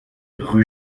rue